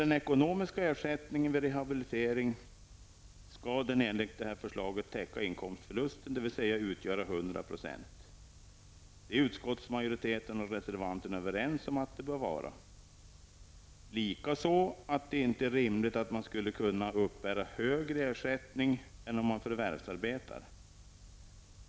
Den ekonomiska ersättningen vid rehabilitering skall enligt förslaget täcka inkomstförlusten, dvs. utgöra 100 %. Detta är utskottsmajoriteten och reservanterna överens om. Vi är också överens om att det inte är rimligt att man skall kunna uppbära högre ersättning än om man förvärvsarbetar.